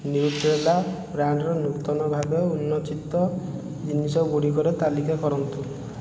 ନ୍ୟୁଟ୍ରେଲା ବ୍ରାଣ୍ଡ୍ର ନୂତନ ଭାବେ ଉନ୍ମୋଚିତ ଜିନିଷଗୁଡ଼ିକର ତାଲିକା କରନ୍ତୁ